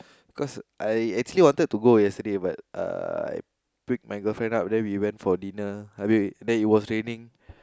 cause I actually wanted to go yesterday but uh I pick my girlfriend up then we went for dinner wait wait then it was raining